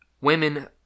Women